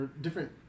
different